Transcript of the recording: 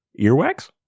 Earwax